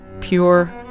pure